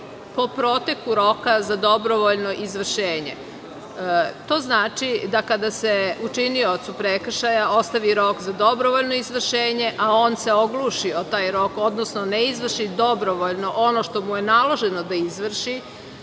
po proteku roka za dobrovoljno izvršenje. To znači da, kada se učiniocu prekršaja ostavi rok za dobrovoljno izvršenje a on se ogluši o taj rok, odnosno ne izvrši dobrovoljno ono što mu je naloženo da izvrši,